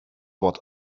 what